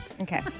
Okay